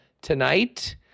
tonight